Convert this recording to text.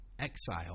exile